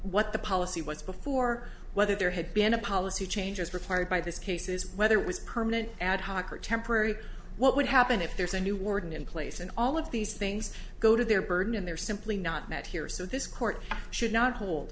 what the policy was before whether there had been a policy change as required by this cases whether it was permanent ad hoc or temporary what would happen if there's a new warden in place and all of these things go to their burden and they're simply not met here so this court should not hold